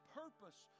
purpose